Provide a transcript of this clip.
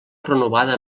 renovada